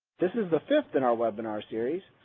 this is the fifth in our webinar series.